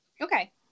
okay